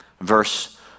verse